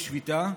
בשביתה,